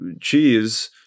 cheese